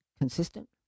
consistent